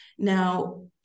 Now